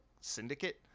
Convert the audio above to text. syndicate